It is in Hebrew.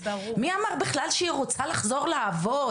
מי אמר בכלל שהיא רוצה לחזור לעבוד?